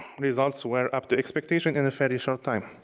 results were up to expectation in a very short time.